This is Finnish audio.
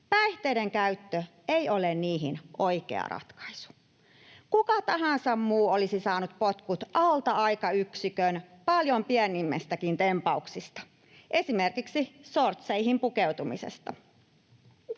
päihteiden käyttö ei ole niihin oikea ratkaisu. Kuka tahansa muu olisi saanut potkut alta aikayksikön paljon pienemmistäkin tempauksista, esimerkiksi sortseihin pukeutumisesta.